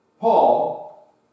Paul